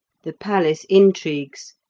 the palace intrigues,